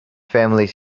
families